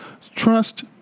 Trust